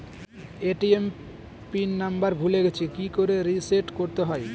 ATM pin number ভুলে গেছি কি করে রিসেট করতে হয়?